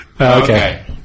Okay